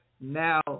now